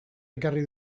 ekarri